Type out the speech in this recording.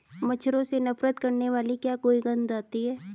मच्छरों से नफरत करने वाली क्या कोई गंध आती है?